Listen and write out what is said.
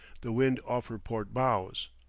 the wind off her port bows.